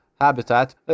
habitat